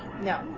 no